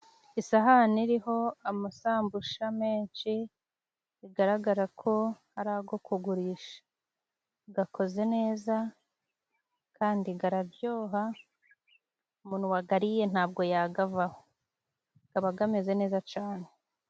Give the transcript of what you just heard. Isahane iriho amasambusha menshi bigaragara ko ari ago kugurisha. Gakoze neza kandi gararyoha, umuntu wagariye ntabwo yagavaho. Gaba gameze neza cane.